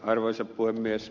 arvoisa puhemies